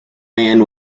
man